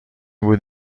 بود